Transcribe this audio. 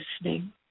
listening